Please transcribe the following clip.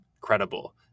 credible